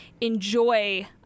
enjoy